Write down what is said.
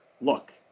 look